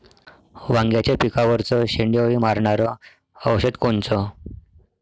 वांग्याच्या पिकावरचं शेंडे अळी मारनारं औषध कोनचं?